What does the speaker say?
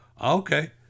okay